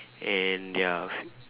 and there are